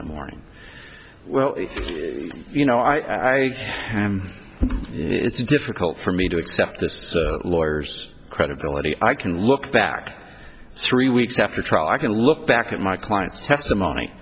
the morning well you know i it's difficult for me to accept this lawyers credibility i can look back three weeks after trial i can look back at my client's testimony